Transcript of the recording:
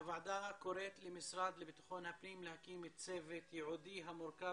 הוועדה קוראת למשרד לבטחון הפנים להקים צוות ייעודי המורכב